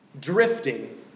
drifting